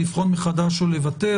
לבחון מחדש או לבטא.